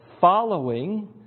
following